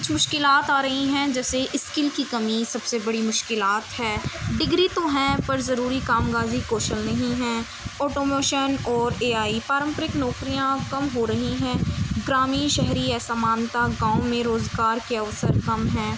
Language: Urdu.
کچھ مشکلات آ رہی ہیں جیسے اسکل کی کمی سب سے بڑی مشکلات ہے ڈگری تو ہیں پر ضروری کام کاجی کوشل نہیں ہیں آٹو موشن اور اے آئی پارمپرک نوکریاں کم ہو رہی ہیں گرامین شہری اسامانتا گاؤں میں روزگار کے اوسر کم ہیں